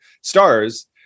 stars